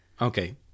Okay